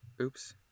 oops